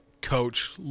coach